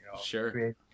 Sure